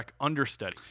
understudy